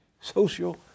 Social